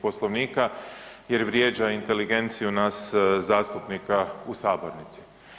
Poslovnika jer vrijeđa inteligenciju nas zastupnika u sabornici.